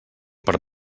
per